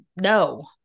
no